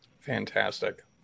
Fantastic